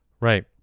Right